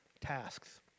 tasks